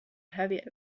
heavy